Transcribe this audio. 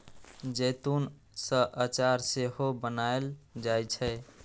जैतून सं अचार सेहो बनाएल जाइ छै